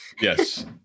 Yes